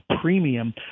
premium